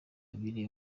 abiri